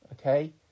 okay